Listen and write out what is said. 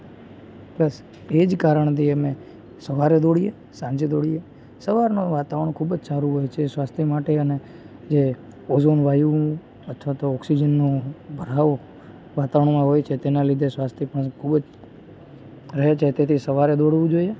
બસ એ જ કારણથી અમે સવારે દોડીએ સાંજે દોડીએ સવારનો વાતાવરણ ખૂબ જ સારું હોય છે સ્વાસ્થ્ય માટે અને જે ઓઝોન વાયુ અથવા તો ઓક્સીજનનો ભરાવો વાતાવરણમાં હોય છે તેના લીધે સ્વાસ્થ્ય પણ ખૂબ જ રહે છે તેથી સવારે દોડવું જોઈએ